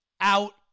out